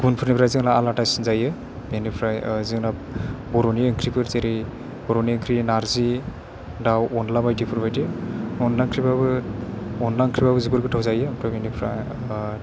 गुबुन फोरनिफ्राय जोंना आलादासिन जायो बेनिफ्राइ जोंना बर'नि ओंख्रिफोर जेरै बर'नि ओंख्रि नार्जि दाव अनला बायदिफोर बायदि अनला ओंख्रिबाबो अनला ओंख्रिबाबो जोबोर गोथाव जायो ओमफ्राय बेनिफ्राय